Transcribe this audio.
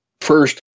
First